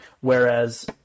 Whereas